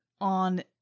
on